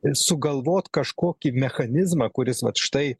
ir sugalvot kažkokį mechanizmą kuris vat štai